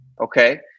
okay